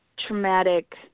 traumatic